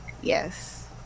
Yes